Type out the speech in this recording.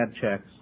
checks